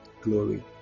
glory